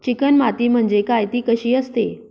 Chicken माती म्हणजे काय? ति कशी असते?